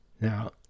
Now